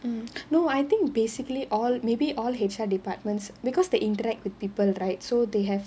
hmm no I think basically all maybe all H_R departments because they interact with people right so they have